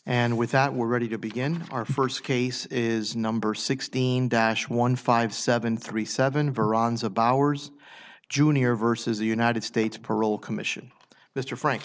and with that we're ready to begin our first case is number sixteen dash one five seven three seven verandas about ours junior versus the united states parole commission mr frank